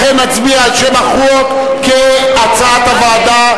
לכן, נצביע על שם החוק, כהצעת הוועדה.